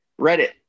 Reddit